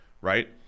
right